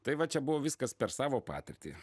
tai va čia buvo viskas per savo patirtį